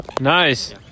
Nice